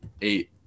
eight